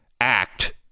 Act